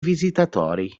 visitatori